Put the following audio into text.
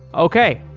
okay.